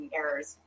errors